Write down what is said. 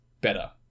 better